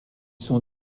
sont